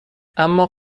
اما